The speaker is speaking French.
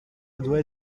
doit